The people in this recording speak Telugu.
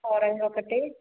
కోరంగి ఒకటి